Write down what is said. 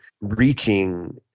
reaching